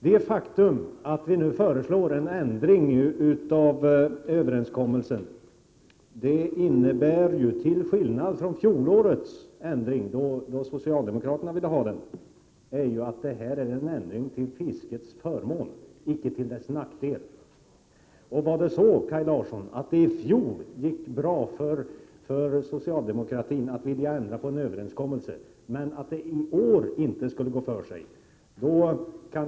Den ändring av överenskommelsen som vi föreslår, till skillnad från fjolårets ändring som socialdemokraterna ville ha, är en ändring till 135 Prot. 1987/88:123 = fiskarnas förmån, inte till deras nackdel. I fjol gick det bra för socialdemokra terna att ändra en överenskommelse, men i år skulle det inte gå för sig.